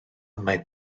mae